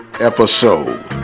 episode